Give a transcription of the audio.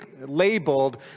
labeled